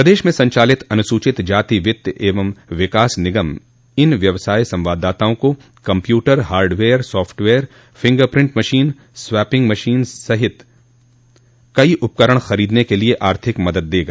प्रदेश में संचालित अनुसूचित जाति वित्त एवं विकास निगम इन व्यवसाय संवाददाताओं को computer hardware software fingerprint machine swiping machine सहित कई उपकरण खरीदने के लिए आर्थिक मदद देगा